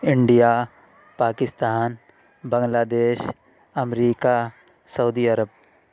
India Pakistan Bangladesh America Saudi Arab